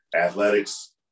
athletics